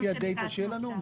לפי הדאטה שיהיה לנו?